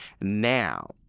now